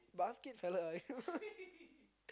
basket fella ah you